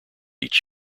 each